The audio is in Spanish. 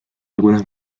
algunas